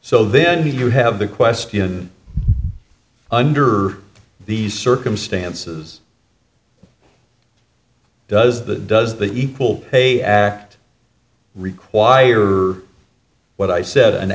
so then he would have the question under these circumstances does the does the equal pay act require what i said an